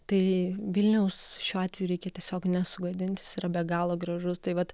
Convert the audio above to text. tai vilniaus šiuo atveju reikia tiesiog nesugadinti jis yra be galo gražus tai vat